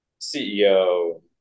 CEO